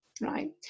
right